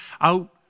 out